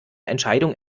entscheidung